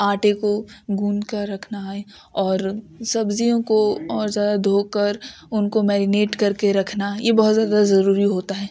آٹے کو گوند کر رکھنا اور سبزیوں کو اور زیادہ دھو کر ان کو میرینیٹ کر کے رکھنا یہ بہت زیادہ ضروری ہوتا ہے